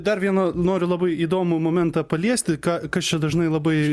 dar vieną noriu labai įdomų momentą paliesti ką kas čia dažnai labai